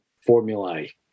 formulae